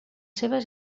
seves